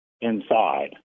inside